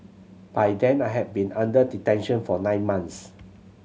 by then I had been under detention for nine months